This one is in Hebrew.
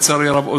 לצערי הרב,